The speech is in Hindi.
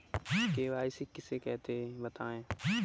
के.वाई.सी किसे कहते हैं बताएँ?